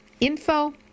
info